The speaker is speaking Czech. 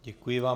Děkuji vám.